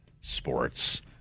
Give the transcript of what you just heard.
sports